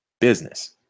business